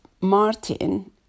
Martin